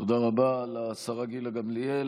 תודה רבה לשרה גילה גמליאל.